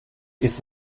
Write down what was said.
ist